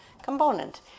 component